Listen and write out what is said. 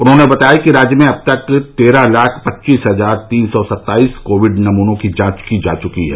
उन्होंने बताया कि राज्य में अब तक तेरह लाख पच्चीस हजार तीन सौ सत्ताईस कोविड नमूनों की जांच की जा चुकी है